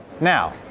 Now